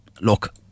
look